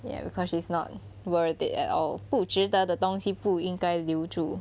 ya because she's not worth it at all 不值得的东西不应该留住